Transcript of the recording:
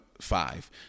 Five